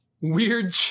Weird